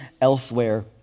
elsewhere